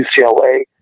UCLA